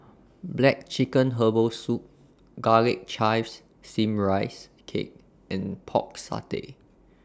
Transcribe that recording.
Black Chicken Herbal Soup Garlic Chives Steamed Rice Cake and Pork Satay